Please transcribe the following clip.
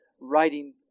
writing